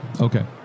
Okay